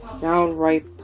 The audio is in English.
downright